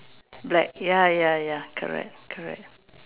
black ya ya ya correct correct